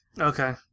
Okay